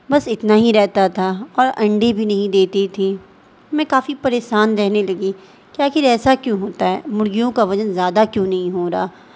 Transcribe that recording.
بس اتنا ہی رہتا تھا اور انڈے بھی نہیں دیتی تھی میں کافی پریشان رہنے لگی کیا آخر ایسا کیوں ہوتا ہے مرغیوں کا وزن زیادہ کیوں نہیں ہو رہا